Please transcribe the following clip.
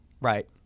Right